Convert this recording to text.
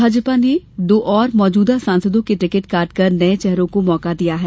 भाजपा ने दो और मौजूदा सांसदों के टिकट काट कर नए चेहरों को मौका दिया है